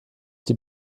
die